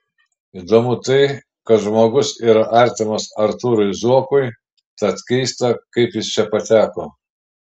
įdomu tai kad žmogus yra artimas artūrui zuokui tad keista kaip jis čia pateko